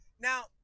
Now